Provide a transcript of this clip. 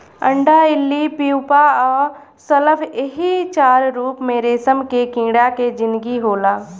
अंडा इल्ली प्यूपा आ शलभ एही चार रूप में रेशम के कीड़ा के जिनगी होला